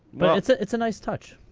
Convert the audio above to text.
but it's ah it's a nice touch.